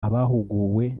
abahuguwe